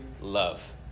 love